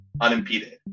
unimpeded